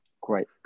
Great